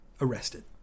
Arrested